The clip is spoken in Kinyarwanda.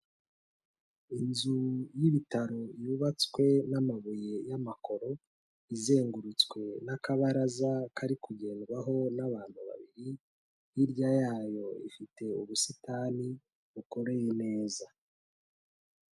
Inzu y'ibitaro y'ubatswe n'amabuye y'amakoro, izengurutswe n'akabaraza kari kugendwaho n'abantu babiri, hirya yayo ifite ubusitani bukore neza.